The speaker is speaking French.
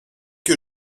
que